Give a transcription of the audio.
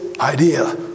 idea